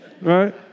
right